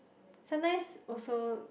sometimes also